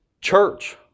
church